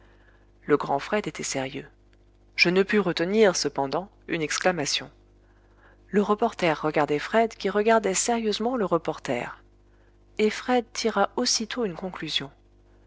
le grand fred était sérieux je ne pus retenir cependant une exclamation le reporter regardait fred qui regardait sérieusement le reporter et fred tira aussitôt une conclusion